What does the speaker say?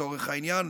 לצורך העניין,